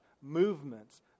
movements